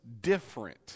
different